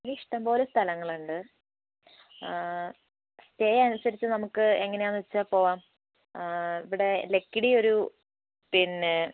ഇഷ്ടംപോലെ സ്ഥലങ്ങളുണ്ട് സ്റ്റേ അനുസരിച്ച് നമുക്ക് എങ്ങനെയാണെന്നു വച്ചാൽ പോവാം ഇവിടെ ലക്കിടിയൊരു പിന്നെ